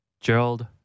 Gerald